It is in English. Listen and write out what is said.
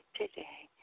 today